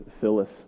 Phyllis